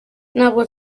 ntabwo